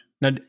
Now